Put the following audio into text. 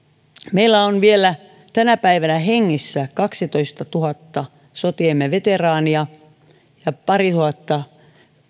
meillä on vielä tänä päivänä hengissä kaksitoistatuhatta sotiemme veteraania ja parituhatta